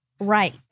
right